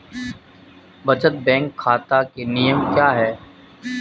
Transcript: बचत बैंक खाता के नियम क्या हैं?